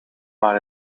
maar